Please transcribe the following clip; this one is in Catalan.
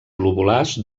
globulars